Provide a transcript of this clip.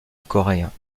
coréens